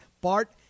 Bart